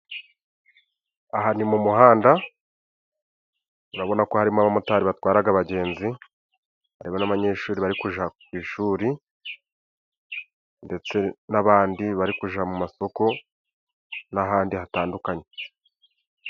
Aha ni mu muhanda urabona ko harimo abamotari batwaraga abagenzi, harimo n'abanyeshuri bari kuja ku ishuri ndetse n'abandi bari kuja mu masoko n'ahandi hatandukanye.